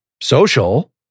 social